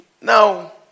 Now